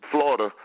Florida